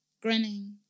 Grinning